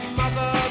mother